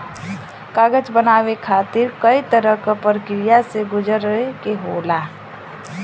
कागज बनाये खातिर कई तरह क परकिया से गुजरे के होला